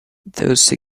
those